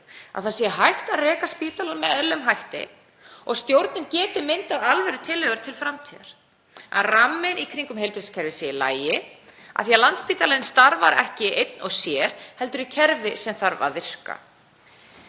að hægt sé að reka spítalann með eðlilegum hætti og stjórnin geti myndað alvörutillögur til framtíðar, að ramminn í kringum heilbrigðiskerfið sé í lagi af því að Landspítalinn starfar ekki einn og sér heldur í kerfi sem þarf að virka.